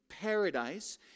paradise